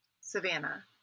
Savannah